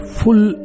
full